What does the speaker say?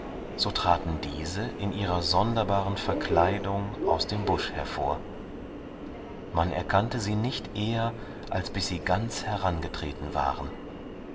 so traten diese in ihrer sonderbaren verkleidung aus dem busch hervor man erkannte sie nicht eher als bis sie ganz herangetreten waren